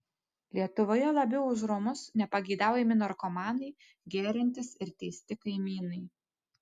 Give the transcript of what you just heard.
lietuvoje labiau už romus nepageidaujami narkomanai geriantys ir teisti kaimynai